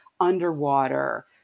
underwater